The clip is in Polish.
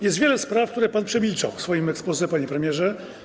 Jest wiele spraw, które pan przemilczał w swoim exposé, panie premierze.